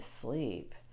sleep